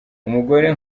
umugore